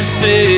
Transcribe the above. say